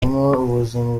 ubuzima